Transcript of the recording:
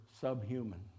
subhuman